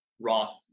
Roth